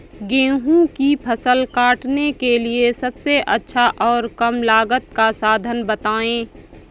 गेहूँ की फसल काटने के लिए सबसे अच्छा और कम लागत का साधन बताएं?